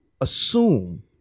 assume